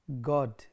God